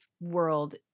world